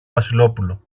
βασιλόπουλο